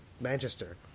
Manchester